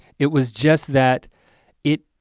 it was just that it.